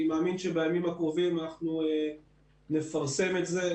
אני מאמין שבימים הקרובים אנחנו נפרסם את זה.